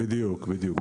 בדיוק, בדיוק.